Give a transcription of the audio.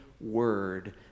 word